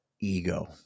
ego